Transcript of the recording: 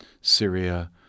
Syria